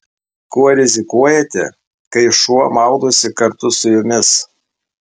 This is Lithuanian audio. kuo rizikuojate kai šuo maudosi kartu su jumis